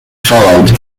followed